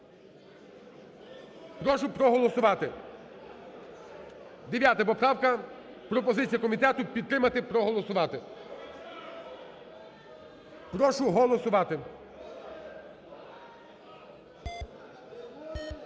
прошу проголосувати. Дев'ята поправка, пропозиція комітету підтримати, проголосувати. (Шум у залі) Прошу голосувати.